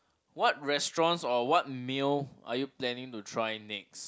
what restaurants or what meal are you planning to try next